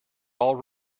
all